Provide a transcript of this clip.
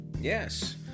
Yes